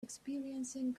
experiencing